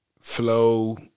flow